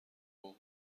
اوه